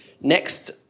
Next